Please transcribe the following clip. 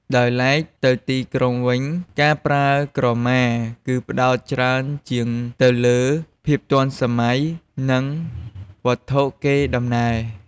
ដោយឡែកទៅទីក្រុងវិញ ការប្រើប្រាស់ក្រមាគឺផ្តោតច្រើនជាងទៅលើភាពទាន់សម័យ និងវត្ថុកេរដំណែល។